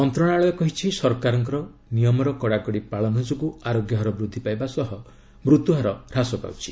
ମନ୍ତ୍ରଣାଳୟ କହିଛି ସରକାରଙ୍କ ନିୟମର କଡ଼ାକଡ଼ି ପାଳନ ଯୋଗୁଁ ଆରୋଗ୍ୟ ହାର ବୃଦ୍ଧି ପାଇବା ସହ ମୃତ୍ୟୁହାର ହ୍ରାସ ପାଉଛି